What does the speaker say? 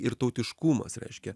ir tautiškumas reiškia